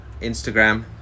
Instagram